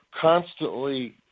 constantly